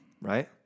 right